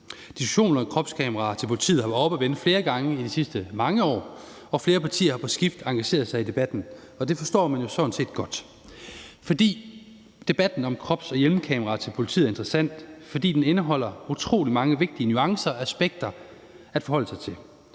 Diskussionen om kropskameraer til politiet har været oppe at vende flere gange i de sidste mange år, og flere partier har på skift engageret sig i debatten, og det forstår man jo sådan set godt. For debatten om krops- og hjelmkameraer til politiet er interessant, fordi den indeholder utrolig mange vigtige nuancer og aspekter at forholde sig til.